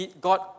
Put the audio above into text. God